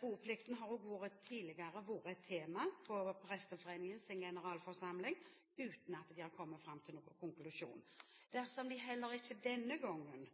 Boplikten har også tidligere vært et tema på Presteforeningens generalforsamling uten at de har kommet fram til noen konklusjon. Dersom de heller ikke denne gangen